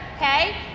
okay